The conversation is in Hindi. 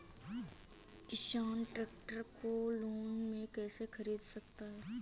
किसान ट्रैक्टर को लोन में कैसे ख़रीद सकता है?